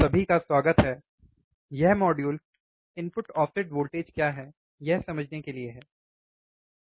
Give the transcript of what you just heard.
सभी का स्वागत है यह मॉड्यूल इनपुट ऑफसेट वोल्टेज क्या है यह समझने के लिए है ठीक है